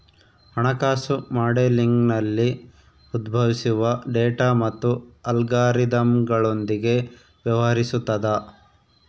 ಹಣಕಾಸು ಮಾಡೆಲಿಂಗ್ನಲ್ಲಿ ಉದ್ಭವಿಸುವ ಡೇಟಾ ಮತ್ತು ಅಲ್ಗಾರಿದಮ್ಗಳೊಂದಿಗೆ ವ್ಯವಹರಿಸುತದ